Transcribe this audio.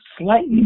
slightly